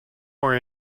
more